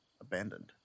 abandoned